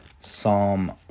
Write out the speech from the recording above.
Psalm